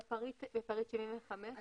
תקנה